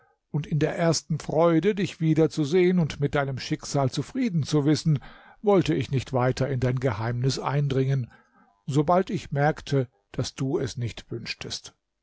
und in der ersten freude dich wieder zu sehen und mit deinem schicksal zufrieden zu wissen wollte ich nicht weiter in dein geheimnis eindringen sobald ich merkte daß du es nicht wünschest